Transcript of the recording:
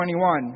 21